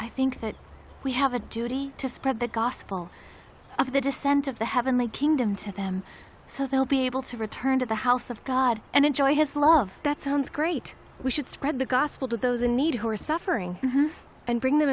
i think that we have a duty to spread the gospel of the descent of the heavenly kingdom to them so they'll be able to return to the house of god and enjoy his love that sounds great we should spread the gospel to those in need who are suffering and bring them